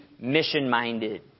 mission-minded